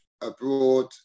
abroad